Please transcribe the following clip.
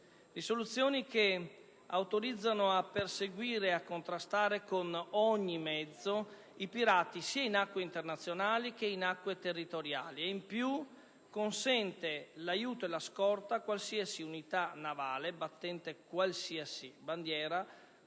più decise, che autorizzano a perseguire e a contrastare con ogni mezzo i pirati, sia in acque internazionali che in acque territoriali, e che consentono l'aiuto e la scorta a qualsiasi unità navale, battente qualsiasi bandiera,